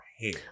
hair